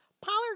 Pollard